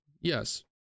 yes